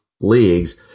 leagues